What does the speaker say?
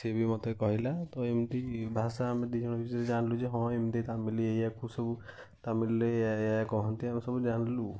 ସିଏ ବି ମୋତେ କହିଲା ତ ଏମିତି ଭାଷା ଆମେ ଦୁଇ ଜଣ ଜାଣିଲୁ ଯେ ହଁ ଏମିତି ତାମିଲ ଏଇଆକୁ ସବୁ ତାମିଲରେ ଏଇଆ ଏଇଆ କହନ୍ତି ଆମେ ସବୁ ଜାଣିଲୁ